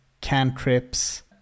Cantrips